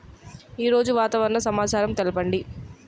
ఈరోజు వాతావరణ సమాచారం తెలుపండి